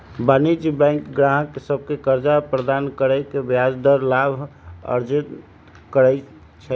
वाणिज्यिक बैंक गाहक सभके कर्जा प्रदान कऽ के ब्याज द्वारा लाभ अर्जित करइ छइ